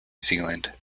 zealand